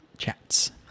chats